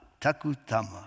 takutama